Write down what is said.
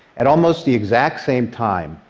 at almost the exact same time,